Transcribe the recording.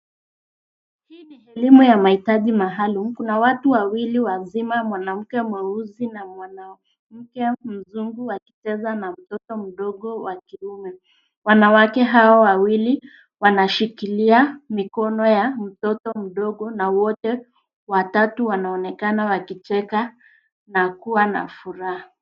Hii ni huduma ya mahitaji maalum kuna watu wawili wazima; mwanamke mweusi na mwanamke mzungu wakicheza na mtoto mdogo wa kiume. Wanawake hawa wawili wanashikilia mikono ya mtoto huyo na wote watatu wanaonekana wakicheka na kuwa na furaha.